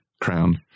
crown